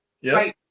yes